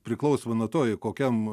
priklausomai nuo to kokiam